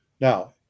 now